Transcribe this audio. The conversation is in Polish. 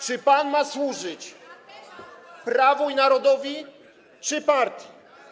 Czy pan ma służyć prawu i narodowi czy partii?